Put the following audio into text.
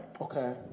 Okay